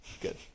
Good